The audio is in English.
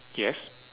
yes